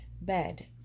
bed